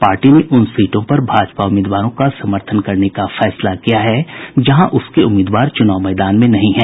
party ने उन सीटों पर भाजपा उम्मीदवारों का समर्थन करने का फैसला किया है जहां उसके उम्मीदवार चुनाव मैदान में नहीं हैं